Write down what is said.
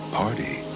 party